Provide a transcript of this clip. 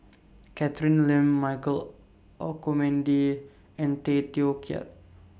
Catherine Lim Michael Olcomendy and Tay Teow Kiat